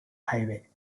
highway